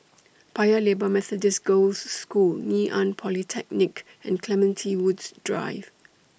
Paya Lebar Methodist Girls' School Ngee Ann Polytechnic and Clementi Woods Drive